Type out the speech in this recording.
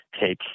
take